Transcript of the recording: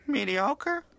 Mediocre